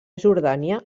jordània